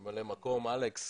אלכס ממלא מקום ראש העיר,